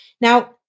Now